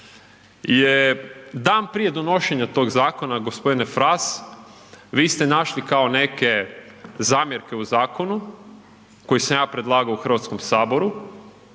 je dan prije donošenja tog zakona gospodine Fras vi ste našli kao neke zamjerke u zakonu koje sam ja predlagao u Hrvatskom saboru,